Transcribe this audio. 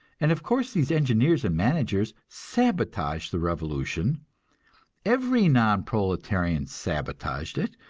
and of course these engineers and managers sabotaged the revolution every non-proletarian sabotaged it,